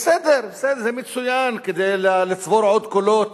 בסדר, זה מצוין כדי לצבור עוד קולות